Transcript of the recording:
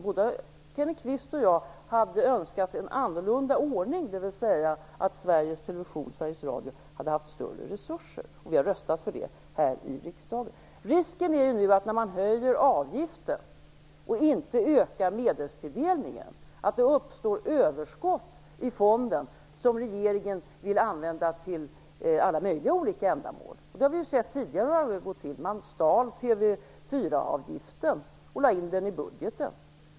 Både Kenneth Kvist och jag hade önskat en annorlunda ordning, dvs. att Sveriges Television och Sveriges Radio hade haft större resurser, och vi har röstat för det här i riksdagen. Risken är nu att det nu när man höjer avgiften och inte ökar medelstilldelningen uppstår överskott i fonden som regeringen vill använda till alla möjliga olika ändamål. Vi har tidigare sett hur det gått till. Man stal TV 4-avgiften och lade in den i budgeten.